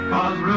Cause